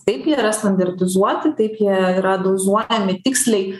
taip jie yra standartizuoti taip jie yra dozuojami tiksliai